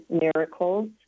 miracles